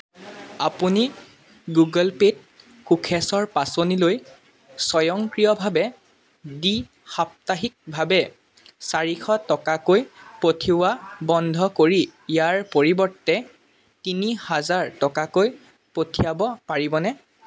আপুনি গুগল পে'ত কোষেশ্বৰ পাচনিলৈ স্বয়ংক্ৰিয়ভাৱে দ্বি সাপ্তাহিকভাৱে চাৰিশ টকাকৈ পঠিওৱা বন্ধ কৰি ইয়াৰ পৰিৱৰ্তে তিনি হাজাৰ টকাকৈ পঠিয়াব পাৰিবনে